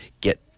get